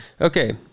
Okay